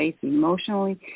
emotionally